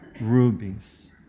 rubies